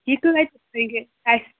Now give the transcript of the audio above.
یہِ کٍتِس پیٚیہِ ہَے اَسہِ